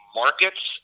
markets